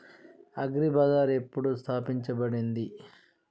Agri బజార్ ఎప్పుడు స్థాపించబడింది?